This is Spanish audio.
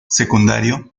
secundario